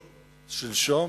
שלשום.